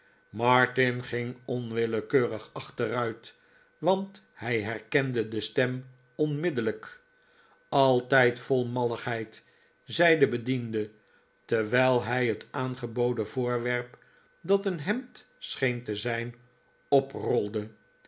martin ging onwillekeurig achteruit want hij herkende de stem onmiddellijk ff altijd vol malligheid zei de bediende terwijl hij het aangeboden voorwerp dat een hemd scheen te zijn